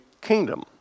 kingdom